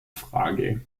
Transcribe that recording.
frage